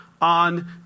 on